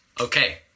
Okay